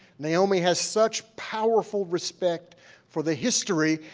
naomi has such powerful respect for the history,